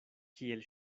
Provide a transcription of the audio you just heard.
kiel